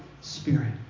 spirit